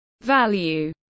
value